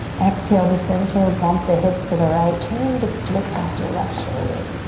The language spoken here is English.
exhale to center, bump the hips to the right. turn to look past your left shoulder.